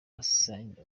assange